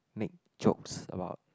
make jokes about